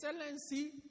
excellency